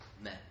men